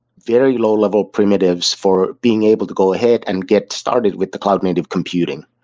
very low-level primitives for being able to go ahead and get started with the cloud native computing.